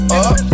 up